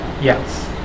Yes